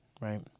right